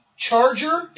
Charger